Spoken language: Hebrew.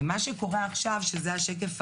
ומה שקורה עכשיו, שזה השקף הראשון,